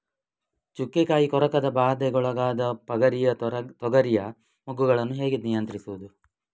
ಚುಕ್ಕೆ ಕಾಯಿ ಕೊರಕದ ಬಾಧೆಗೊಳಗಾದ ಪಗರಿಯ ತೊಗರಿಯ ಮೊಗ್ಗುಗಳನ್ನು ಹೇಗೆ ನಿಯಂತ್ರಿಸುವುದು?